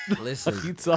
listen